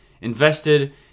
invested